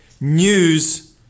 news